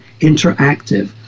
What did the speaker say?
interactive